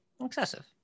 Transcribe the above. Excessive